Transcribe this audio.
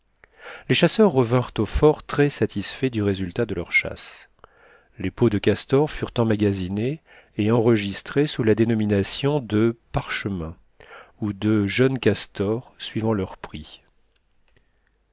les chasseurs revinrent au fort très satisfaits du résultat de leur chasse les peaux de castor furent emmagasinées et enregistrées sous la dénomination de parchemins ou de jeunes castors suivant leur prix